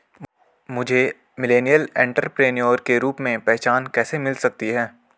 मुझे millennial entrepreneur के रूप में पहचान कैसे मिल सकती है?